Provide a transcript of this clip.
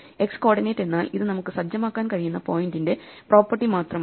x coordinate എന്നാൽ ഇത് നമുക്ക് സജ്ജമാക്കാൻ കഴിയുന്ന പോയിന്റിന്റെ പ്രോപ്പർട്ടി മാത്രമാണ്